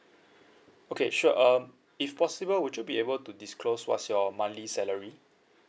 okay sure um if possible would you be able to disclose what's your monthly salary